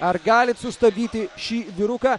ar galit sustabdyti šį vyruką